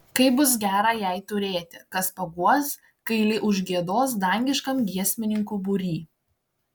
kaip bus gera jai turėti kas paguos kai li užgiedos dangiškam giesmininkų būry